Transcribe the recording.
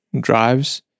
drives